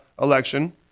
election